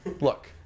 Look